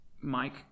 Mike